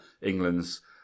England's